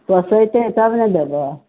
पोसेतै तब ने देबै